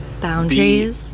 Boundaries